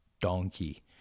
donkey